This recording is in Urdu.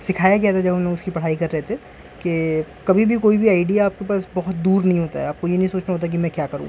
سکھایا گیا تھا جب انہیں اس کی پڑھائی کر رہے تھے کہ کبھی بھی کوئی بھی آئیڈیا آپ کے پاس بہت دور نہیں ہوتا ہے آپ کو یہ نہیں سوچنا ہوتا کہ میں کیا کروں